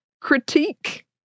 critique